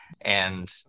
and-